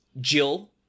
Jill